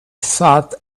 thought